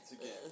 again